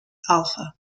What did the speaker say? alpha